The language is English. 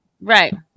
Right